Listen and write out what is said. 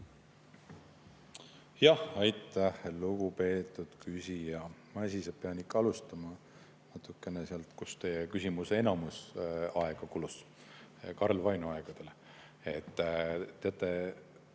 Jah, aitäh, lugupeetud küsija! Ma siis pean ikka alustama sealt, kuhu teie küsimusest enamik aega kulus, Karl Vaino aegadest. Teate,